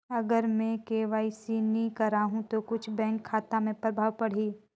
अगर मे के.वाई.सी नी कराहू तो कुछ बैंक खाता मे प्रभाव पढ़ी?